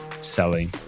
selling